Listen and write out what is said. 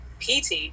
PT